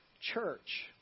church